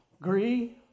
agree